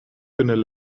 kunnen